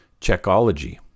Checkology